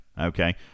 Okay